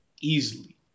easily